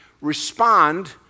Respond